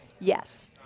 Yes